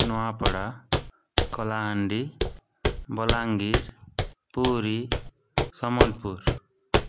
Nuapada Kalahandi Balangir Puri Sambalpur